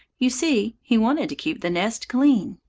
you see he wanted to keep the nest clean.